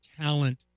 talent